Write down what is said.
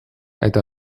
eta